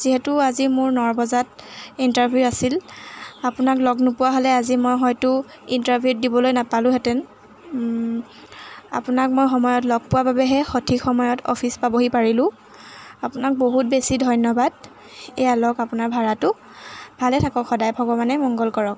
যিহেতু আজি মোৰ ন বজাত ইণ্টাৰভিউ আছিল আপোনাক লগ নোপোৱা হ'লে আজি মই হয়তো ইণ্টাৰভিউত দিবলৈ নাপালোঁহেঁতেন আপোনাক মই সময়ত লগ পোৱা বাবেহে সঠিক সময়ত অফিচ পাবহি পাৰিলোঁ আপোনাক বহুত বেছি ধন্যবাদ এইয়া লওক আপোনাৰ ভাড়াটো ভালে থাকক সদায় ভগৱানে মংগল কৰক